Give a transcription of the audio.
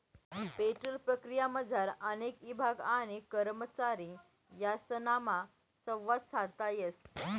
petrol प्रक्रियामझार अनेक ईभाग आणि करमचारी यासनामा संवाद साधता येस